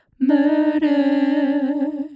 murder